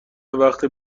وقت